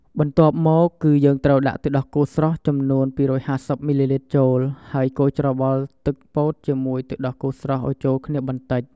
បន្ទាប់មកគឺយើងត្រូវដាក់ទឹកដោះគោស្រស់ចំនួន២៥០មីលីលីត្រចូល ហើយកូរច្របល់ទឹកពោតជាមួយទឹកដោះគោស្រស់ឱ្យចូលគ្នាបន្ដិច។